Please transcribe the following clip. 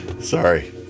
Sorry